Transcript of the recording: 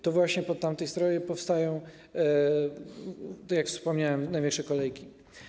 To właśnie po tamtej stronie powstają, tak jak wspomniałem, największe kolejki.